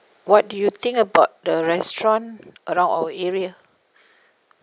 what do you think about the restaurant around our area